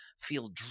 feel